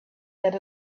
that